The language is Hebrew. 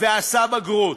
ועשה בגרות.